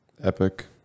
Epic